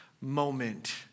moment